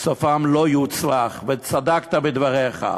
סופם לא יצלח, וצדקת בדבריך.